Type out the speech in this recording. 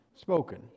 spoken